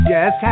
Yes